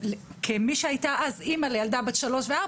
כמי שהייתה אז אמא לילדה בת 3 ו-4,